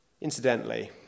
Incidentally